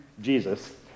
Jesus